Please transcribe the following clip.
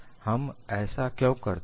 हम ऐसा क्यों करते हैं